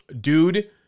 dude